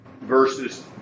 Versus